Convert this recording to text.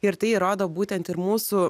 ir tai rodo būtent ir mūsų